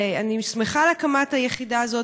אני שמחה על הקמת היחידה הזאת,